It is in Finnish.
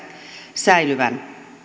säilyvän